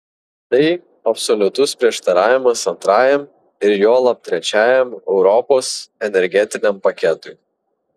tai absoliutus prieštaravimas antrajam ir juolab trečiajam europos energetiniam paketui